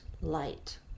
light